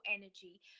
energy